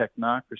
technocracy